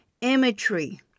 imagery